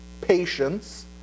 patience